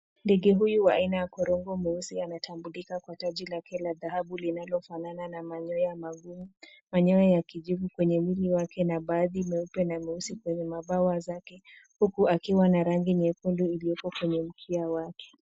Ndege huyu wa aina ya korongo mweusi anatambulika kwa taji lake la dhahabu linalofanana na manyoya magumu. Manyoya ya kijivu kwenye mwili wake na baadhi meupe na meusi kwenye mabawa zake. Huku akiwa na rangi nyekundu iliyopo kwenye mkia wake.